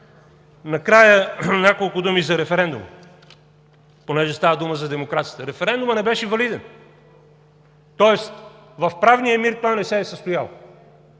Накрая няколко думи за референдума, тъй като става дума за демокрацията. Референдумът не беше валиден, тоест в правния мир той не се е състоял.